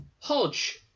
Hodge